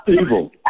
Evil